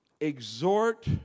exhort